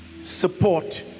support